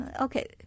okay